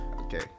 okay